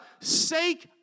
sake